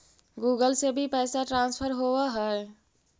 Google से भी पैसा ट्रांसफर होवहै?